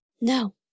No